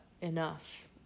enough